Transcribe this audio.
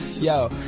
Yo